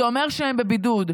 זה אומר שהם בבידוד,